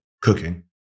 cooking